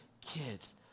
kids